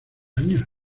años